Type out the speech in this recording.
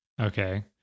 Okay